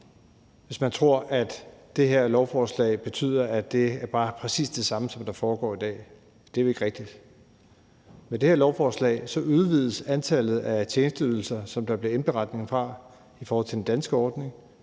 hvis man tror, at det her lovforslag betyder, at det bare er præcis det samme, som der foregår i dag. Det er jo ikke rigtigt. Med det her lovforslag udvides antallet af tjenesteydelser, som der bliver indberetning fra i forhold til den danske ordning,